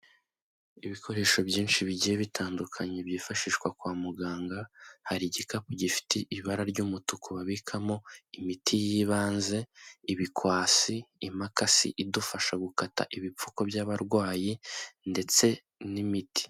Ibikoresho byinshi bigiye bitandukanye byifashishwa kwa muganga, hari igikapu gifite ibara ry'umutuku babikamo imiti y'ibanze, ibikwasi, imakasi idufasha gukata ibipfuko by'abarwayi ndetse n'imiti.